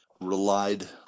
relied